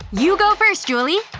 you go first, julie!